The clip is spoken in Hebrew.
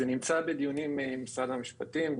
זה נמצא בדיונים עם משרד המשפטים,